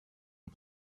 ont